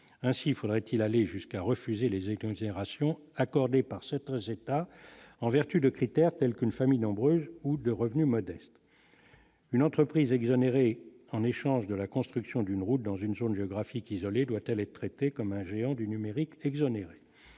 ainsi, faudrait-il aller jusqu'à refuser les écrans exonération. Par cette Jetta en vertu de critères tels qu'une famille nombreuse ou de revenus modestes. Une entreprise exonérés en échange de la construction d'une route dans une zone géographique isolée doit-elle être traité comme un géant du numérique contre